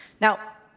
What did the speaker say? now,